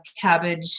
cabbage